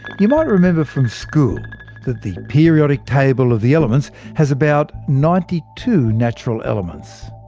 you might remember from school that the periodic table of the elements has about ninety two natural elements.